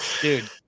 dude